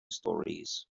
stories